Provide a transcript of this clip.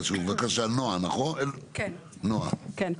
נועה, בבקשה.